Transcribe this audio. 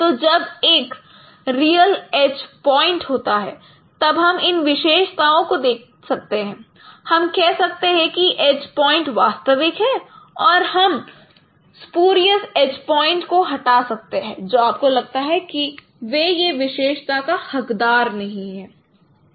तो जब एक रियल एज पॉइंट होता है तब हम इन विशेषताओं को देख सकते हैं हम कह सकते हैं कि एज पॉइंट वास्तविक है और हम स्पूरीअस एज पॉइंट को हटा सकते हैं जो आपको लगता है कि वह यह विशेषता का हक़दार नहीं है